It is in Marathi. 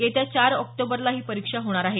येत्या चार ऑक्टोबरला ही परीक्षा होणार आहे